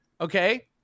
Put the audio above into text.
Okay